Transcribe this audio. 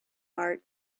art